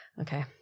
Okay